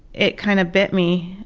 it kind of bit me,